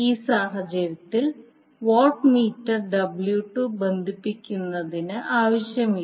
ഈ സാഹചര്യത്തിൽ watt meter W2 ബന്ധിപ്പിക്കുന്നതിന് ആവശ്യമില്ല